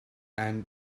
and